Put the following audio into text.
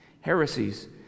Heresies